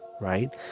Right